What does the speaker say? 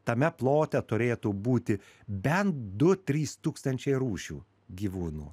tame plote turėtų būti bent du trys tūkstančiai rūšių gyvūnų